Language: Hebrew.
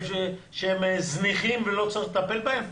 שהם זניחים ולא צריך לטפל בהם?